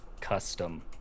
custom